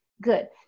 Good